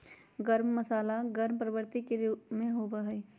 गर्म मसाला गर्म प्रवृत्ति के होबा हई